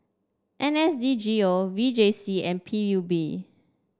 N S D G O V J C and P U B